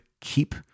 keep